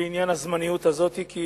בעניין הזמניות הזאת, כי